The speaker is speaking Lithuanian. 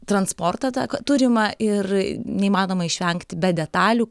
transportą tą turimą ir neįmanoma išvengti be detalių